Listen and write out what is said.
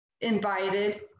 invited